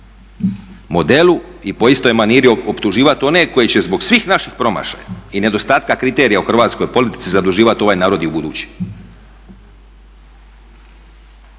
modelu i po istoj manira optuživati one koji će zbog svih naših promašaja i nedostatka u hrvatskoj politici zaduživati ovaj narod i ubuduće.